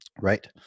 right